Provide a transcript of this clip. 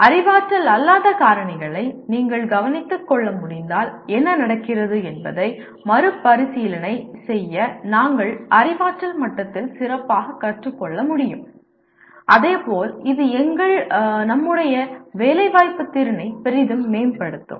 அறிவாற்றல் அல்லாத காரணிகளை நீங்கள் கவனித்துக் கொள்ள முடிந்தால் என்ன நடக்கிறது என்பதை மறுபரிசீலனை செய்ய நாம் அறிவாற்றல் மட்டத்தில் சிறப்பாகக் கற்றுக்கொள்ள முடியும் அதே போல் இது எங்கள் வேலைவாய்ப்பு திறனை பெரிதும் மேம்படுத்தும்